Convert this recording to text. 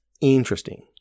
interesting